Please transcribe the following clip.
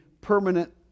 permanent